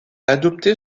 adopté